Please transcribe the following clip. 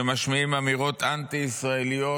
שמשמיעים אמירות אנטי-ישראליות,